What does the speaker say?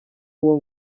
uwo